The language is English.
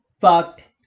fucked